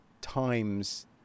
times